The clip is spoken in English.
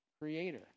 creator